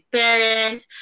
parents